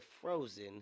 Frozen